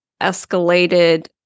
escalated